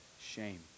shame